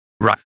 Right